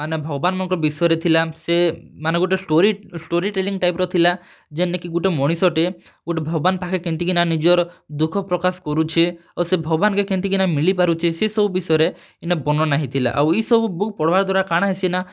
ମାନେ ଭଗବାନ୍ ମାନ୍ଙ୍କର୍ ବିଷୟରେ ଥିଲା ସେ ମାନେ ଗୁଟେ ଷ୍ଟୋରୀ ଷ୍ଟୋରୀ ଟେଲିଙ୍ଗ୍ ଟାଇପ୍ ର ଥିଲା ଯେନେକି ଗୁଟେ ମଣିଷଟେ ଗୁଟେ ଭଗବାନ୍ ପାଖ୍କେ କେନ୍ତି କିନା ନିଜର୍ ଦୁଃଖ ପ୍ରକାଶ୍ କରୁଛେ ଆଉ ସେ ଭଗବାନ୍କେ କେନ୍ତି କିନା ମିଳି ପାରୁଛେ ସେ ସବୁ ବିଷୟରେ ଇନେ ବର୍ଣ୍ଣନା ହେଇଥିଲା ଆଉ ଇ ସବୁ ବୁକ୍ ପଢ଼ବାର୍ ଦ୍ଵାରା କା'ଣା ହେସି ନା